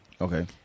Okay